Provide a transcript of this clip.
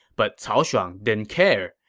but cao shuang didn't care.